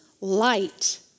light